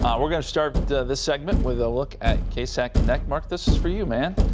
um we're going to start the the segment with a look at ksat connect mark this this for you man.